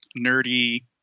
nerdy